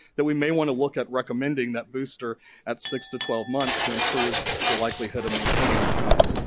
that we may want to look at recommending that booster at six to twelve months to improve the likelihood of maintaining that titer.